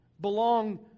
Belong